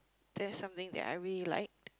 that's something that I really liked